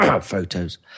photos